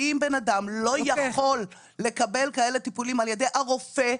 אם בן אדם לא יכול לקבל טיפולים כאלה על ידי הרופא,